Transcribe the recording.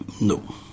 no